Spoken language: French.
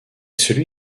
celui